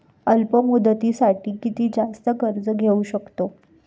अल्प मुदतीसाठी किती जास्त कर्ज घेऊ शकतो?